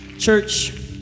Church